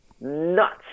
nuts